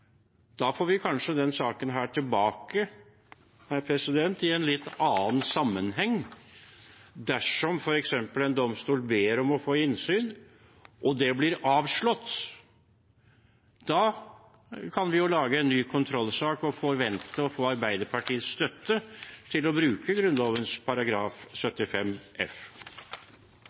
Da får vi kanskje denne saken tilbake i en litt annen sammenheng, dersom f.eks. en domstol ber om å få innsyn – og det blir avslått. Da kan vi jo lage en ny kontrollsak og forvente å få Arbeiderpartiets støtte til å bruke